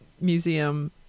museum